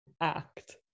act